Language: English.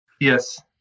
Yes